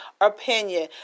opinion